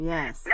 Yes